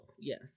Yes